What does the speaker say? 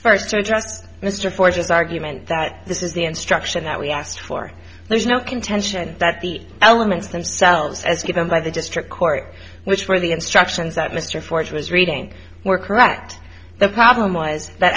just mr forces argument that this is the instruction that we asked for there's no contention that the elements themselves as given by the district court which were the instructions that mr force was reading were correct the problem was that